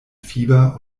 fieber